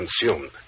consumed